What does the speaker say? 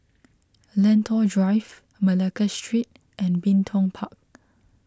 Lentor Drive Malacca Street and Bin Tong Park